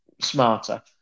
smarter